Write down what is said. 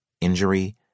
injury